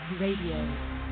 Radio